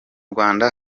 rwanda